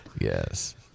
Yes